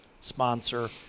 sponsor